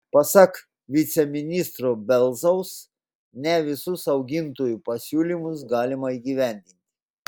pasak viceministro belzaus ne visus augintojų pasiūlymus galima įgyvendinti